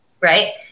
right